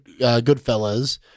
Goodfellas